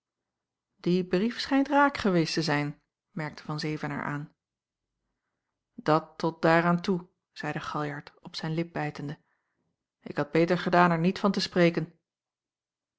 die brief schijnt raak geweest te zijn merkte van zevenaer aan dat tot daar aan toe zeide galjart op zijn lip bijtende ik had beter gedaan er niet van te spreken